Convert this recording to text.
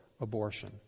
abortion